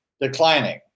declining